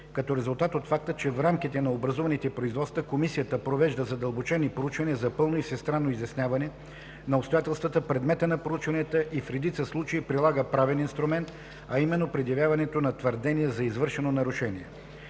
като резултат от факта, че в рамките на образуваните производства Комисията провежда задълбочени проучвания за пълно и всестранно изясняване на обстоятелствата, предмета на проучванията, и в редица случаи прилага правен инструмент, а именно предявяването на твърдения за извършено нарушение.